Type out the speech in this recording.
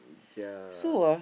yea